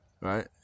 right